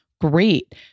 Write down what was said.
great